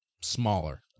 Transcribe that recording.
smaller